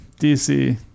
DC